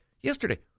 yesterday